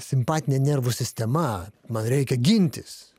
simpatinė nervų sistema man reikia gintis